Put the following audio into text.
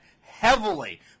heavily